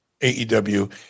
AEW